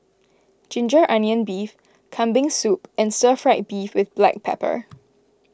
Ginger Onions Beef Kambing Soup and Stir Fried Beef with Black Pepper